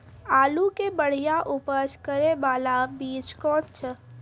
आलू के बढ़िया उपज करे बाला बीज कौन छ?